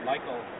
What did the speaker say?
Michael